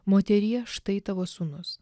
moterie štai tavo sūnus